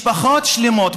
משפחות שלמות,